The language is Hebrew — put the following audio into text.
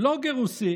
בלוגר רוסי